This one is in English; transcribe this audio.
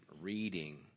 reading